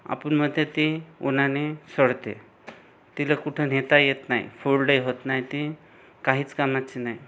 आपण म्हणत्यात उन्हाने सडते तिला कुठं नेता येत नाही फोल्डही होत नाही ती काहीच कामाची नाही